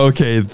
Okay